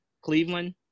Cleveland